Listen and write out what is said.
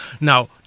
Now